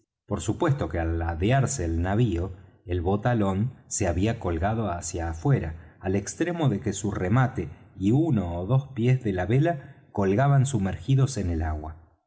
por supuesto que al ladearse el navío el botalón se había colgado hacia afuera al extremo de que su remate y uno ó dos pies de la vela colgaban sumergidos en el agua